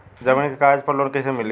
जमीन के कागज पर लोन कइसे मिली?